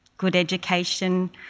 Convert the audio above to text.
good education,